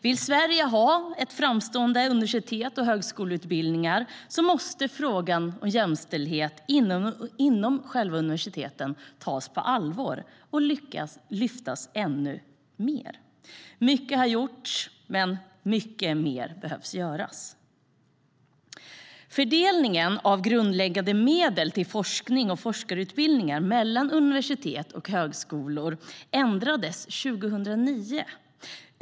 Vill Sverige ha framstående universitet och högskoleutbildningar måste frågan om jämställdhet inom själva universiteten tas på allvar och lyftas fram ännu mer. Mycket har gjorts, men mycket mer behöver göras. Fördelningen av grundläggande medel till forskning och forskarutbildningar mellan universitet och högskolor ändrades 2009.